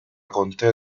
contea